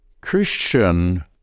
Christian